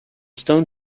stone